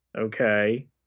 okay